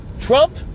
Trump